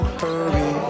hurry